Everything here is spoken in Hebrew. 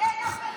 לדבר הזה.